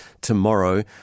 tomorrow